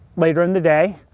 later in the day.